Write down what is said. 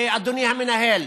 אדוני המנהל.